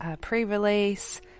pre-release